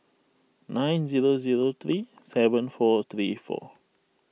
nine zero zero three seven four three four